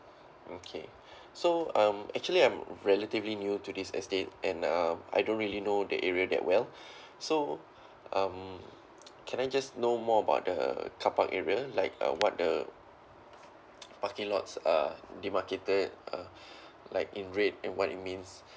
okay so um actually I'm relatively new to this estate and uh I don't really know the area that well so um can I just know more about the carpark area like uh what the parking lots uh the marketed uh like in red and what it means